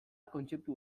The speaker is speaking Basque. kontzeptu